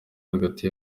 hagati